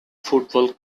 football